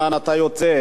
אתה יוצא,